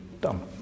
done